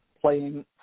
playing